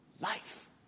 life